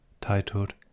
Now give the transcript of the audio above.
titled